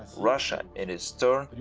russia, in its turn,